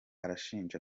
arashinja